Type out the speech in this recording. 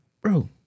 bro